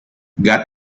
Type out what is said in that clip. got